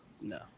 no